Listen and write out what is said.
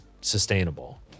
sustainable